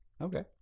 okay